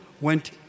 went